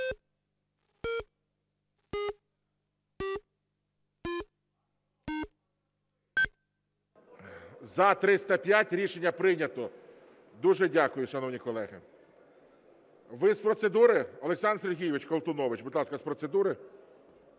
За-305 Рішення прийнято. Дуже дякую, шановні колеги. Ви з процедури? Олександр Сергійович Колтунович, будь ласка, з процедури.